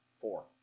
Four